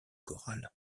chorale